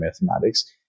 mathematics